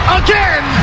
again